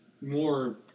more